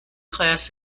class